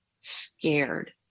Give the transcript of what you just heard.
scared